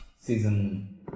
season